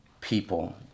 people